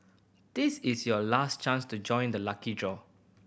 this is your last chance to join the lucky draw